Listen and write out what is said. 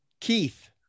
Keith